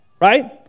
right